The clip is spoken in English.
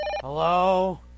Hello